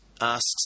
asks